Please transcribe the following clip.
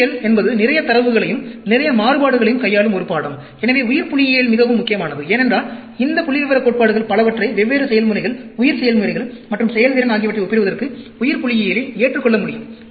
உயிரியல் என்பது நிறைய தரவுகளையும் நிறைய மாறுபாடுகளையும் கையாளும் ஒரு பாடம் எனவே உயிர்புள்ளியியல் மிகவும் முக்கியமானது ஏனென்றால் இந்த புள்ளிவிவரக் கோட்பாடுகள் பலவற்றை வெவ்வேறு செயல்முறைகள் உயிர் செயல்முறைகள் மற்றும் செயல்திறன் ஆகியவற்றை ஒப்பிடுவதற்கு உயிர்புள்ளியியலில் ஏற்றுக்கொள்ள முடியும்